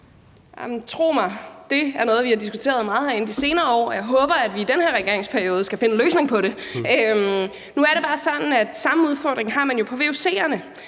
Tro mig, det er noget, vi har diskuteret meget herinde de senere år, og jeg håber, at vi i den her regeringsperiode kan finde en løsning på det. Nu er det bare sådan, at samme udfordring har man jo på vuc'erne